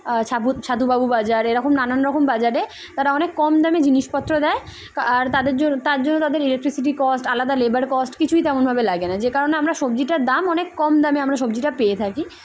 ছ ছাতুবাবু বাজার এরকম নানান রকম বাজারে তারা অনেক কম দামে জিনিসপত্র দেয় আর তাদের জন্য তার জন্য তাদের ইলেকট্রিসিটি কস্ট আলাদা লেবার কস্ট কিছুই তেমনভাবে লাগে না যে কারণে আমরা সবজিটার দাম অনেক কম দামে আমরা সবজিটা পেয়ে থাকি